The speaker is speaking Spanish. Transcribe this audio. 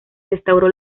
restauró